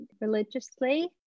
religiously